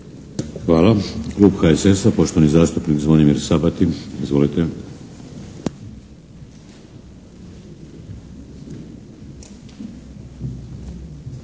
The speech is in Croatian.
Hvala. Klub HSS-a poštovani zastupnik Zvonimir Sabati. Izvolite!